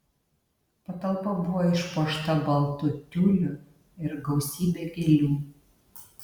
patalpa buvo išpuošta baltu tiuliu ir gausybe gėlių